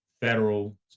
federal